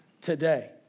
today